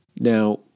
Now